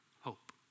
hope